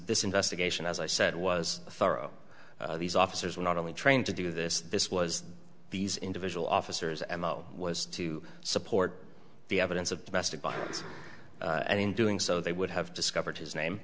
this investigation as i said was thorough these officers were not only trained to do this this was these individual officers m o was to support the evidence of domestic violence and in doing so they would have discovered his name